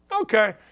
Okay